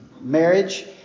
marriage